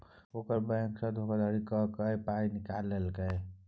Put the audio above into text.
ओकर बैंकसँ धोखाधड़ी क कए पाय निकालि लेलकै